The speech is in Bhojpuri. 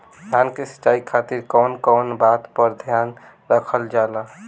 धान के सिंचाई खातिर कवन कवन बात पर ध्यान रखल जा ला?